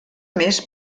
més